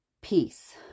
peace